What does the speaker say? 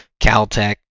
Caltech